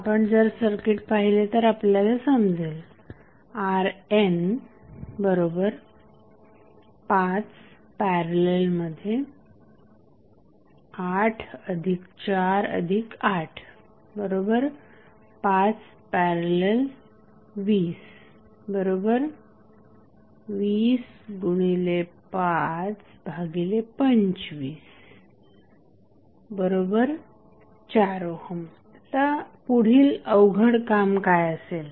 आपण जर सर्किट पाहिले तर आपल्याला समजेल RN5848520 205254 आता पुढील अवघड काम काय असेल